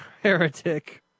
heretic